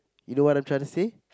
you know what I'm trying to say